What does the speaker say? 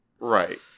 Right